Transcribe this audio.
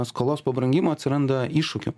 skolos pabrangimo atsiranda iššūkių